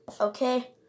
Okay